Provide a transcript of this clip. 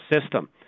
system